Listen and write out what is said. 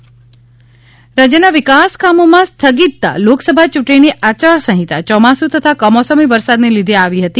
નીતિનભાઇ વિધાનસભા રાજ્યના વિકાસ કામોમાં સ્થગિતતા લોકસભા યૂંટણીની આયારસંહિતા ચોમાસુ તથા કમોસમી વરસાદને લીધે આવી હતી